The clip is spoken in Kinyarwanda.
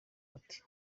bati